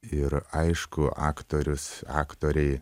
ir aišku aktorius aktoriai